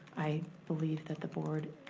i believe that the board,